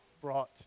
brought